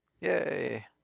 Yay